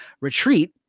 retreat